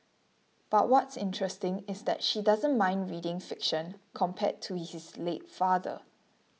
but what's interesting is that she doesn't mind reading fiction compared to his late father